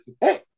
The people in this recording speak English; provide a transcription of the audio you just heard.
hey